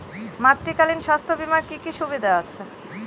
মাতৃত্বকালীন স্বাস্থ্য বীমার কি কি সুবিধে আছে?